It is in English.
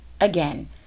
again